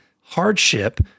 hardship